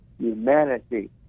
humanity